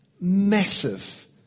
massive